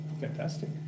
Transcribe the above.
fantastic